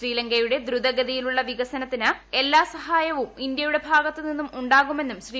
ശ്രീലങ്കയുടെ ദ്രുതഗതിയിലുള്ള വികസനത്തിന് എല്ലാ സഹായവും ഇന്ത്യയുടെ ഭാഗത്ത് നിന്ന് ഉണ്ടാകുമെന്നും ശ്രീ